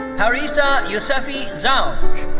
parisa yousefi zowj.